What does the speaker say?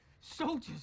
soldiers